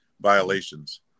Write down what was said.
violations